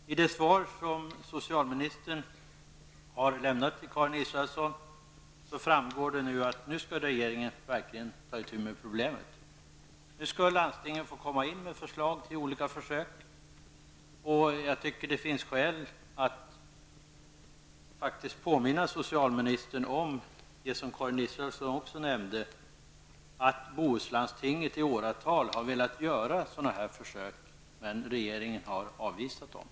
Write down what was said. I det svar som socialministern i dag har lämnat till Karin Israelsson framgår att regeringen nu verkligen skall ta itu med problemet. Nu skall landstingen få komma in med förslag till olika försök. Jag tycker att det finns skäl att påminna socialministern om att Bohuslandstinget, vilket Karin Israelsson också nämnde, i åratal har velat göra sådana försök, men att regeringen har avvisat dem.